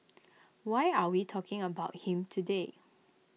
why are we talking about him today